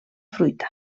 fruita